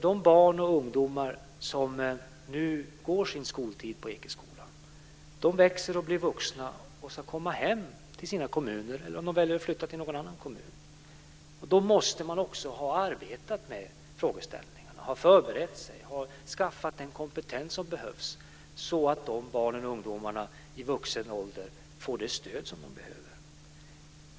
De barn och ungdomar som nu går sin skoltid på Ekeskolan växer och blir vuxna och ska komma hem till sina kommuner eller väljer kanske att flytta till någon annan kommun. Då måste man också ha arbetat med frågeställningarna och ha förberett sig och skaffat den kompetens som behövs så att dessa barn och ungdomar i vuxen ålder får det stöd som de behöver.